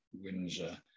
Windsor